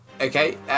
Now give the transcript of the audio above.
Okay